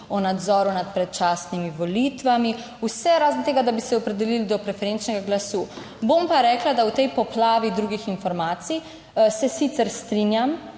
o nadzoru nad predčasnimi volitvami, vse razen tega, da bi se opredelili do preferenčnega glasu. Bom pa rekla, da v tej poplavi drugih informacij, se sicer strinjam